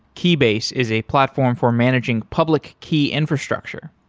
keybase is a platform for managing public key infrastructure.